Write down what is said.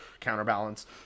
counterbalance